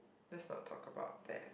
let's not talk about that